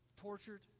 tortured